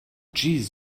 jeez